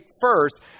first